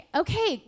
okay